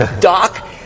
Doc